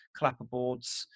clapperboards